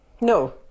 No